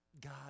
God